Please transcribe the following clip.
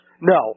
No